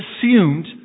assumed